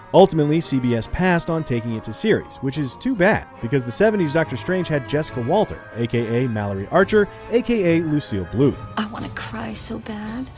um utimately, cbs passed on taking it to series, which is too bad. because the seventy s doctor strange had jessica walter, aka malory archer, aka lucia bluth. i want to cry so bad.